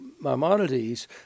Maimonides